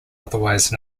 otherwise